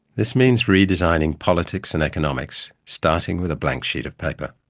this means redesigning politics and economics starting with a blank sheet of paper.